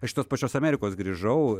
iš tos pačios amerikos grįžau